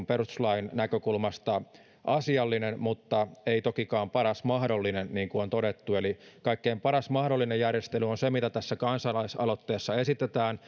perustuslain näkökulmasta asiallinen mutta ei tokikaan paras mahdollinen niin kuin on todettu eli kaikkein paras mahdollinen järjestely on se mitä tässä kansalaisaloitteessa esitetään